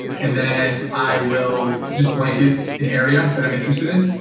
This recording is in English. and then i will just blanket an area that i'm interested in,